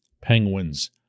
Penguins